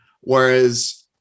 Whereas